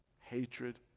hatred